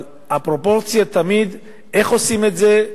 אבל הפרופורציה היא תמיד איך עושים את זה,